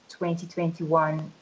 2021